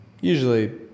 usually